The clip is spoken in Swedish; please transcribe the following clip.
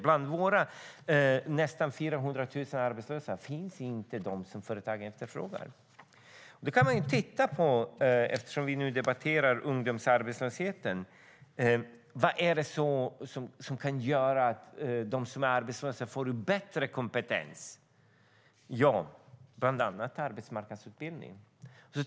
Bland våra nästan 400 000 arbetslösa finns inte de som företagen efterfrågar. Eftersom vi nu debatterar ungdomsarbetslösheten kan man fråga sig vad som kan göra att de arbetslösa får bättre kompetens. Ja, bland annat arbetsmarknadsutbildning.